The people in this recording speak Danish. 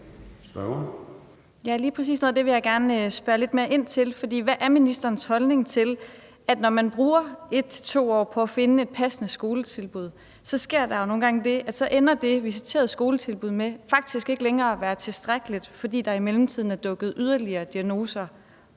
Ja, lige præcis, og det vil jeg gerne spørge lidt mere ind til. For hvad er ministerens holdning til, at der, når man bruger 1-2 år for at finde et passende skoletilbud, så nogle gange sker det, at det visiterede skoletilbud faktisk ender med ikke længere at være tilstrækkeligt, fordi der i mellemtiden og i ventetiden er dukket yderligere diagnoser